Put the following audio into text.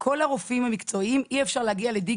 כל הרופאים המקצועיים אי אפשר להגיע לתחום